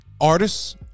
artists